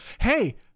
Hey